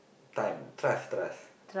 time trust trust